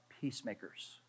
peacemakers